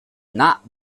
not